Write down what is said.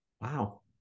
Wow